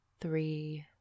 three